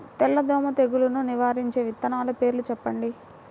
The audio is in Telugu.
తెల్లదోమ తెగులును నివారించే విత్తనాల పేర్లు చెప్పండి?